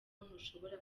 ntushobora